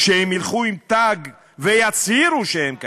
"שהם ילכו עם תג ויצהירו שהם כאלה".